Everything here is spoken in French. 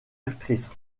actrice